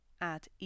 add